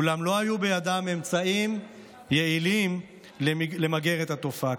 אולם לא היו בידן אמצעים יעילים למגר את התופעה,